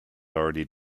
already